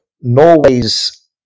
Norway's